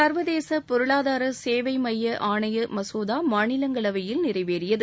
சர்வதேச பொருளாதார சேவை மைய ஆணைய மசோதா மாநிலங்களவையில் நிறைவேறியது